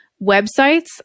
websites